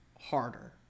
harder